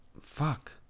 fuck